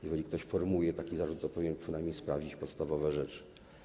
Jeżeli ktoś formułuje taki zarzut, to powinien przynajmniej sprawdzić podstawowe rzeczy.